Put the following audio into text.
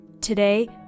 Today